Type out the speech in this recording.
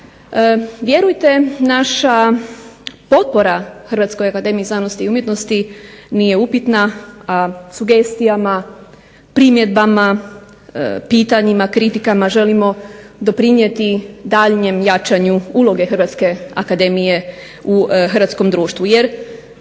Vjerujte naša potpora Hrvatskoj akademiji znanosti i umjetnosti a sugestijama, primjedbama, kritikama, pitanjima želimo doprinijeti daljnjem jačanju uloge Akademije u Hrvatskom društvu.